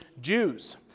Jews